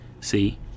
See